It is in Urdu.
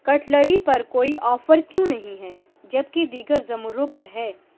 کٹلری پر کوئی آفر کیوں نہیں ہے جبکہ دیگر زمروں پر ہے